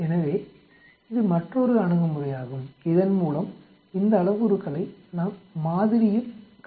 எனவே இது மற்றொரு அணுகுமுறையாகும் இதன் மூலம் இந்த அளவுருக்களை நாம் மாதிரியில் கணக்கிட முடியும்